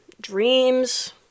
dreams